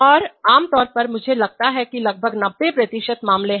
और आमतौर पर मुझे लगता है कि लगभग नब्बे प्रतिशत मामले हैं